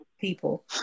people